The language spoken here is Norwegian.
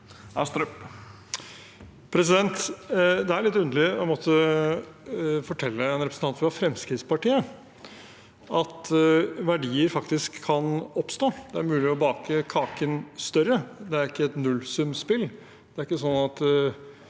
Det er litt underlig å måtte fortelle en representant fra Fremskrittspartiet at verdier faktisk kan oppstå. Det er mulig å bake kaken større. Det er ikke et nullsumspill.